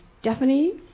Stephanie